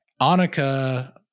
Annika